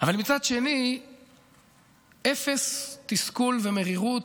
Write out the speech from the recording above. אבל מצד שני אפס תסכול ומרירות,